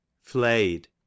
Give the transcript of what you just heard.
Flayed